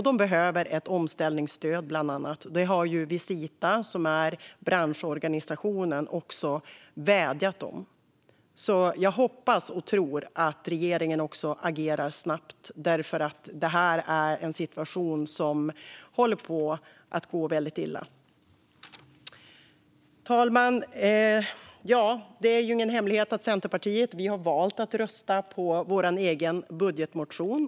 Den behöver bland annat ett omställningsstöd; det har branschorganisationen Visita också vädjat om. Jag hoppas och tror alltså att också regeringen agerar snabbt, för det här är en situation där det håller på att gå riktigt illa. Fru talman! Det är ingen hemlighet att Centerpartiet har valt att rösta på vår egen budgetmotion.